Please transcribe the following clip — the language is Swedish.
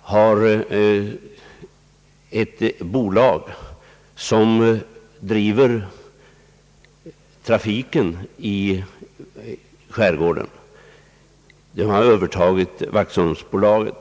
har ett bolag, som driver trafiken i skärgården. De har övertagit Waxholmsbolaget.